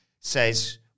says